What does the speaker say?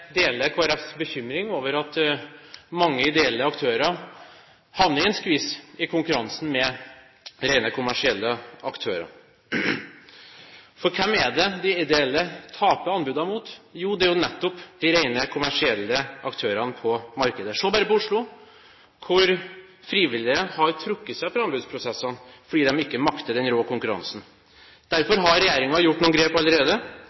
deler Kristelig Folkepartis bekymring over at mange ideelle aktører havner i en skvis i konkurransen med rent kommersielle aktører. For hvem er det de ideelle taper anbudene mot? Jo, det er nettopp de rent kommersielle aktørene på markedet. Se bare på Oslo, hvor frivillige har trukket seg fra anbudsprosesser fordi de ikke makter den rå konkurransen. Derfor har regjeringen tatt noen grep allerede,